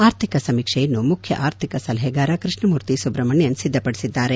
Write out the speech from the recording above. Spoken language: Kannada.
ಆರ್ಥಿಕ ಸಮೀಕ್ಷೆಯನ್ನು ಮುಖ್ಯ ಆರ್ಥಿಕ ಸಲಹೆಗಾರ ಕೃಷ್ಣಮೂರ್ತಿ ಸುಬ್ರಹ್ಮಣ್ಯನ್ ಸಿದ್ದಪಡಿಸಿದ್ದಾರೆ